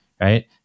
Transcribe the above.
right